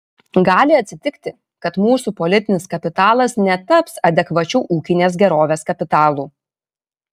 gali atsitikti kad mūsų politinis kapitalas netaps adekvačiu ūkinės gerovės kapitalu